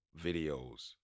videos